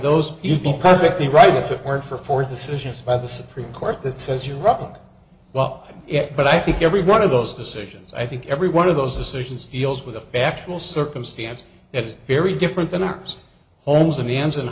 those you'd be perfectly right if it weren't for four decisions by the supreme court that says you rock well yes but i think every one of those decisions i think every one of those decisions deals with a factual circumstance that's very different than ours homes in the han